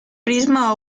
prisma